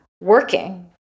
working